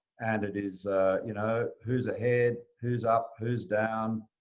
and it is you know who's ahead, who's up, who's down,